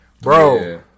Bro